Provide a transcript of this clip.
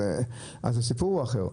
אז הסיפור הוא אחר.